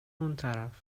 اونطرف